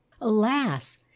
alas